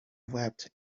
wept